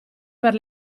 per